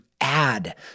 Add